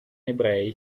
ebrei